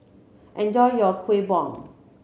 enjoy your Kueh Bom